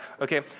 Okay